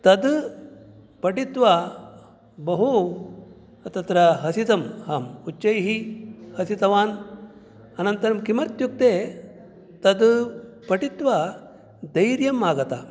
तत् पठित्वा बहु तत्र हसितम् अहम् उच्चैः हसितवान् अनन्तरं किमर्थम् इत्युक्ते तत् पठित्वा धैर्यम् आगतम्